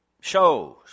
shows